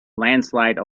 landslide